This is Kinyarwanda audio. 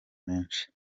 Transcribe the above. menshi